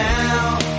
now